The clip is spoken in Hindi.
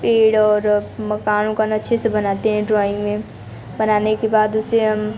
पेड़ और मकान उकान अच्छे से बनाते हैं ड्राॅइंग में बनाने के बाद उसे हम